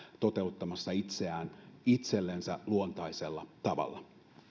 toteuttamassa itseään itsellensä luontaisella tavalla